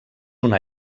una